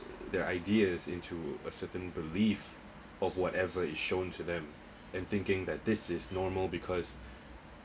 their ideas into a certain belief of whatever is shown to them and thinking that this is normal because